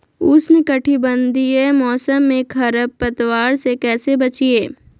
उष्णकटिबंधीय मौसम में खरपतवार से कैसे बचिये?